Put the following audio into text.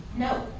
no.